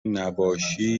نباشی